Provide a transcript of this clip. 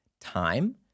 time